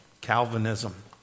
Calvinism